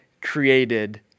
created